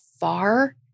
far